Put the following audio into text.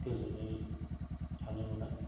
गोजोनै थानो मोना